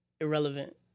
irrelevant